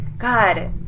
God